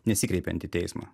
nesikreipiant į teismą